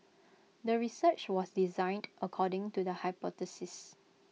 the research was designed according to the hypothesis